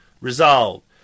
Resolved